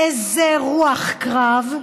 איזה רוח קרב,